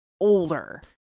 older